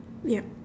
yup